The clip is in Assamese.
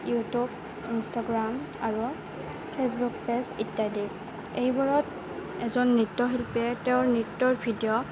ইউটিউব ইনষ্টাগ্ৰাম আৰু ফেচবুক পেজ ইত্যাদি এইবোৰত এজন নৃত্যশিল্পীয়ে তেওঁৰ নৃত্যৰ ভিডিঅ'